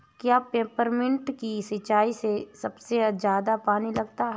क्या पेपरमिंट की सिंचाई में सबसे ज्यादा पानी लगता है?